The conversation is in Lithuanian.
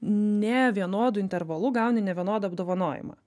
ne vienodu intervalu gauni nevienodą apdovanojimą